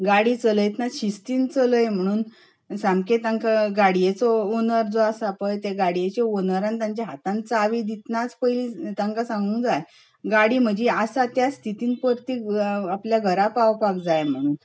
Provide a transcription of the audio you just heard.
गाडी चलयतना शिस्तीन चलय म्हुणून सामकें तांकां गाडयेचो ओनर जो आसा पळय ते गाडयेच्या ओनरान तांच्या हातान चावी दितनाच पळय तांकां सांगूंक जाय गाडी म्हजी आसा त्या स्थितीन परती आपल्या घरा पावपाक जाय म्हुणून